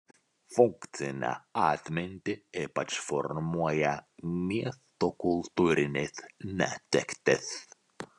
funkcinę atmintį ypač formuoja miesto kultūrinės netektys